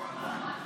ההצעה להעביר